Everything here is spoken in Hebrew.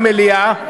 למליאה,